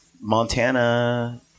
Montana